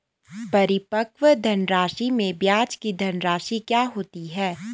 परिपक्व धनराशि में ब्याज की धनराशि क्या होती है?